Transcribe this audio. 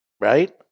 right